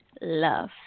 love